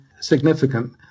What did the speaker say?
significant